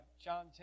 John